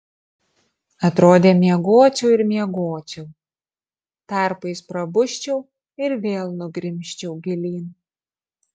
atrodė miegočiau ir miegočiau tarpais prabusčiau ir vėl nugrimzčiau gilyn